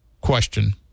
question